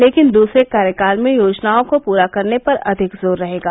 लेकिन दूसरे कार्यकाल में योजनाओं को पूरा करने पर अधिक जोर रहेगा